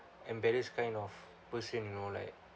embarrassed kind of person you know like